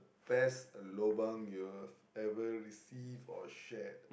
best lobang you will ever receive or share